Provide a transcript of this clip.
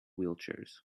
wheelchairs